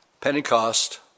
Pentecost